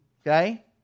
okay